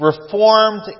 Reformed